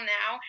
now